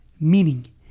Meaning